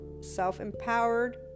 self-empowered